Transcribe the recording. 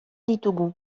ditugu